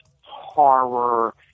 horror